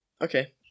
Okay